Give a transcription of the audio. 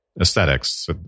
aesthetics